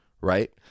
right